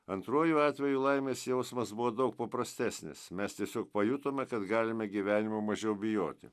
antruoju atveju laimės jausmas buvo daug paprastesnis mes tiesiog pajutome kad galime gyvenime mažiau bijoti